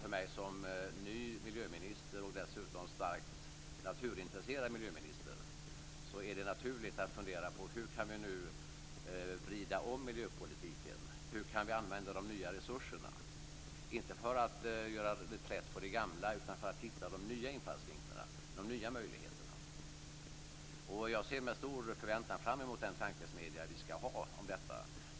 För mig som ny miljöminister, dessutom starkt naturintresserad, är det naturligt att fundera på hur vi nu kan vrida om miljöpolitiken och hur vi kan använda de nya resurserna, inte för att göra reträtt från det gamla utan för att hitta de nya infallsvinklarna och möjligheterna. Jag ser med stor förväntan fram emot den tankesmedja som vi skall ha om detta.